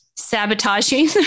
Sabotaging